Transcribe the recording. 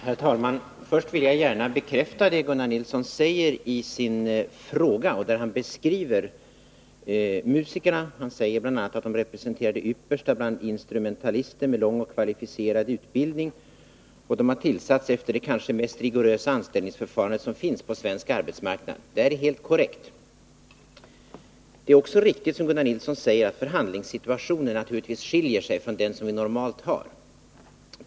Herr talman! Först vill jag gärna bekräfta vad Gunnar Nilsson sagt i sin fråga. Han säger bl.a. att musikerna ”vid yrkesorkestrarna representerar det yppersta bland instrumentalister i landet, med lång och kvalificerad utbildning”. Vidare skriver han att de tillsatts efter det kanske ”mest rigorösa anställningsförfarandet som finns på svensk arbetsmarknad”. Detta är helt korrekt. Det är, som Gunnar Nilsson säger, också riktigt att förhandlingssituationen skiljer sig från den normala.